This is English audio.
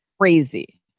Crazy